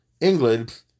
England